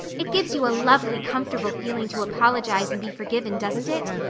it gives you a lovely, comfortable feeling to apologize and be forgiven, doesn't it?